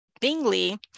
Bingley